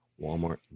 Walmart